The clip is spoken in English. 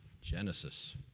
Genesis